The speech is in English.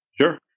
Sure